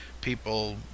people